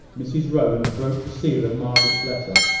mrs rowland broke the seal of margaret's letter,